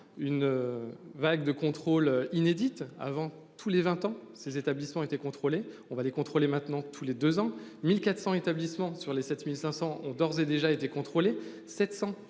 une vague de contrôles inédite avant tous les 20 ans, ces établissements ont été contrôlés, on va les contrôler maintenant tous les deux ans, 1400 établissements sur les 7500 ont d'ores et déjà été contrôlé